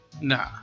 Nah